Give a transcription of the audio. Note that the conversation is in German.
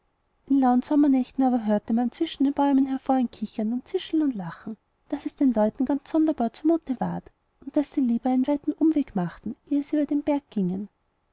in lauen sommernächten aber hörte man zwischen den bäumen hervor ein kichern und zischeln und lachen daß es den leuten ganz sonderbar zumute ward und daß sie lieber einen weiten umweg machten ehe sie über den berg gingen